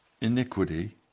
iniquity